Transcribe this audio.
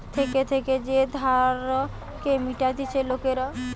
থেকে থেকে যে ধারকে মিটতিছে লোকরা